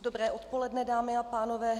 Dobré odpoledne, dámy a pánové.